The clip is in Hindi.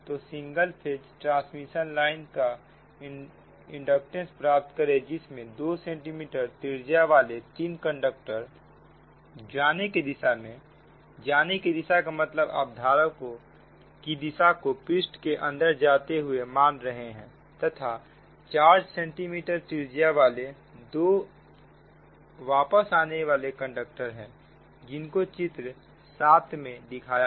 तो सिंगल फेज ट्रांसमिशन लाइन का इंडक्टेंस प्राप्त करें जिसमें 2 सेंटीमीटर त्रिज्या वाले तीन कंडक्टर जाने की दिशा में है जाने की दिशा मतलब आप धारा की दिशा को पृष्ठ के अंदर जाते हुए मान रहे हैं तथा 4 सेंटीमीटर त्रिज्या वाले दो वापस आने वाले कंडक्टर है जिनको चित्र 7 में दिखाया गया